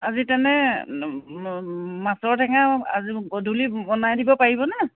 আজি তেনে মাছৰ টেঙা আজি গধূলি বনাই দিব পাৰিবনে